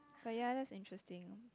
oh ya that's interesting